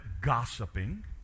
gossiping